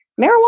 Marijuana